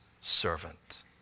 servant